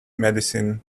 medicine